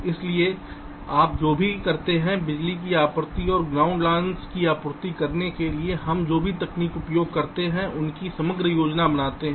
इसलिए आप जो भी करते हैं बिजली की आपूर्ति और ग्राउंड लाइनस की आपूर्ति करने के लिए हम जो भी तकनीकी उपयोग करते हैं उसकी समग्र योजना बनाते हैं